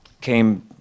came